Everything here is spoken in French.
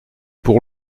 pour